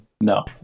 no